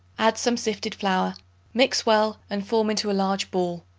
add some sifted flour mix well, and form into a large ball.